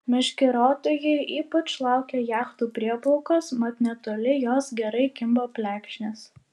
meškeriotojai ypač laukia jachtų prieplaukos mat netoli jos gerai kimba plekšnės